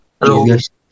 hello